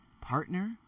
partner